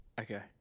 Okay